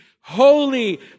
holy